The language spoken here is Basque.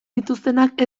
dituztenak